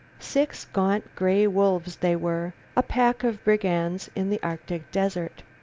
six gaunt gray wolves they were, a pack of brigands in the arctic desert.